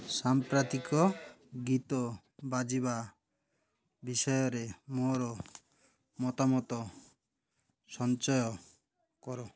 ସାମ୍ପ୍ରତିକ ଗୀତ ବାଜିବା ବିଷୟରେ ମୋର ମତାମତ ସଞ୍ଚୟ କର